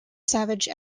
savage